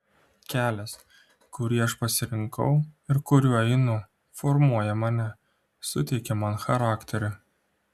kelias kurį aš pasirinkau ir kuriuo einu formuoja mane suteikia man charakterį